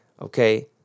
okay